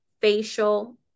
facial